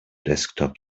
desktop